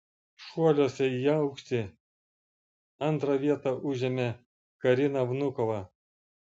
šuoliuose į aukštį antrą vietą užėmė karina vnukova